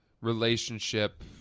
relationship